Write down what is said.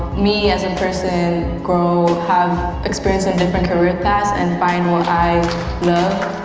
me, as a person grow have experience in different career path and find what i love.